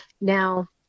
Now